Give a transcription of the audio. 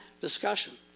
discussion